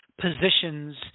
positions